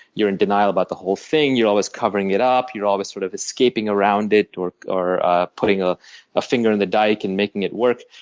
you're in denial about the whole thing, you're always covering it up, you're always sort of escaping around it or or ah putting ah a finger in the dyke and making it work.